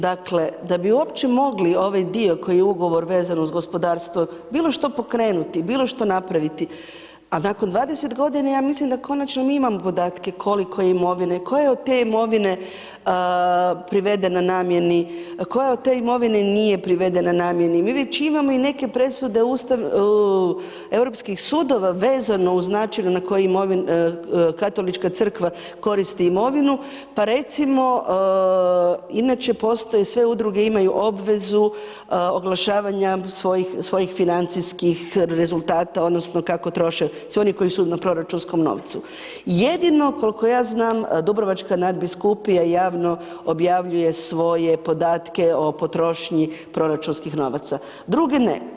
Dakle, da bi uopće mogli ovaj dio koji je Ugovor vezan uz gospodarstvo, bilo što pokrenuti, bilo što napraviti, a nakon 20 godina ja mislim da konačno mi imamo podatke koliko imovine, koja je od te imovine privedena namjeni, koja je od te imovine nije privedena namjeni, mi već imamo i neke presude Ustavnog, Europskih sudova vezano uz način na koji imovina, Katolička crkva koristi imovinu, pa recimo, inače postoje, sve Udruge imaju obvezu oglašavanja svojih, svojih financijskih rezultata odnosno kako troše, svi oni koji su na proračunskom novcu, jedino kol'ko ja znam, Dubrovačka nadbiskupija javno objavljuje svoje podatke o potrošnji proračunskih novaca, druge ne.